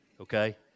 Okay